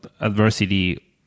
adversity